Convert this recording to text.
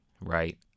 right